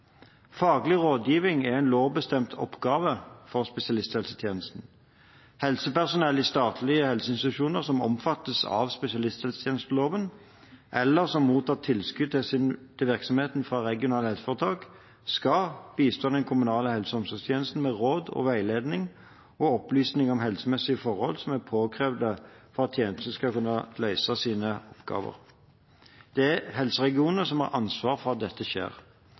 Faglig rådgivning er en lovbestemt oppgave for spesialisthelsetjenesten. Helsepersonell i statlige helseinstitusjoner som omfattes av spesialisthelsetjenesteloven, eller som mottar tilskudd til virksomheten fra regionale helseforetak, skal bistå den kommunale helse- og omsorgstjenesten med råd og veiledning og opplysninger om helsemessige forhold som er påkrevd for at tjenesten skal kunne løse sine oppgaver. Det er helseregionene som har ansvar for at dette skjer.